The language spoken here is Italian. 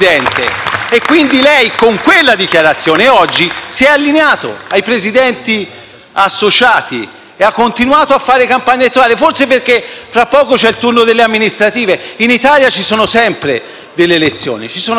Quindi lei, con quella dichiarazione, oggi si è allineato ai "Presidenti associati" e ha continuato a fare campagna elettorale, forse perché fra poco ci sarà il turno delle amministrative. In Italia ci sono sempre delle elezioni; anzi, forse